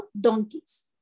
donkeys